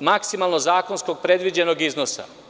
maksimalnog zakonskog predviđenog iznosa.